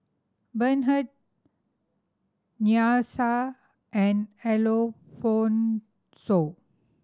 Bernhard Nyasia and Alphonso